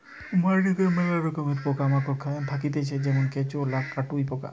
মাটিতে মেলা রকমের পোকা মাকড় থাকতিছে যেমন কেঁচো, কাটুই পোকা